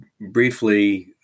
briefly